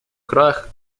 крах